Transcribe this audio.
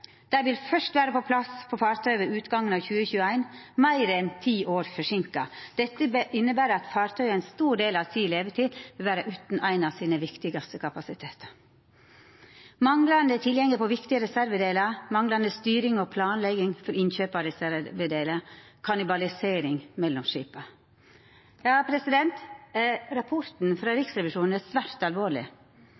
Dei vil først vera på plass på fartøya ved utgangen av 2021, meir enn ti år forseinka. Dette inneber at fartøya i ein stor del av levetida si vil vera utan ein av dei viktigaste kapasitetane sine. Manglande tilgjenge på viktige reservedelar, manglande styring og planlegging av innkjøp av reservedelar, «kannibalisering» mellom skipa – rapporten frå